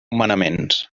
manaments